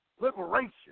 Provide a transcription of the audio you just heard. liberation